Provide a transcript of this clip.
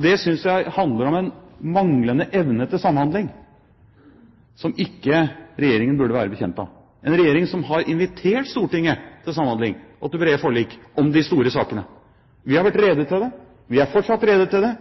Det synes jeg handler om en manglende evne til samhandling, som ikke Regjeringen burde være bekjent av – en regjering som har invitert Stortinget til samhandling og til brede forlik om de store sakene. Vi har vært rede til det. Vi er fortsatt rede til det,